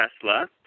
Tesla